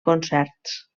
concerts